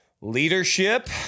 leadership